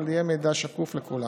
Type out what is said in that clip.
אבל יהיה מידע שקוף לכולם.